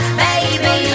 Baby